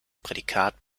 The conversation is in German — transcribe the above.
prädikat